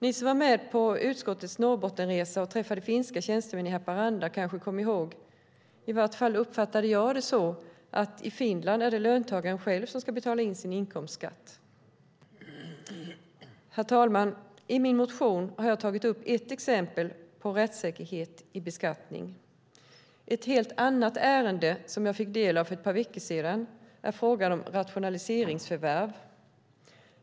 De som var med på utskottets resa till Norrbotten och träffade finska tjänstemän i Haparanda kommer kanske ihåg att i Finland är det löntagaren själv som ska betala in sin inkomstskatt - i vart fall uppfattade jag det så. Herr talman! I min motion har jag tagit upp ett exempel på rättssäkerhet i beskattningen. Ett helt annat ärende, som jag fick del av för ett par veckor sedan, är frågan om rationaliseringsförvärv.